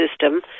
system